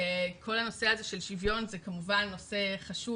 וכל הנושא הזה של שוויון זה כמובן נושא חשוב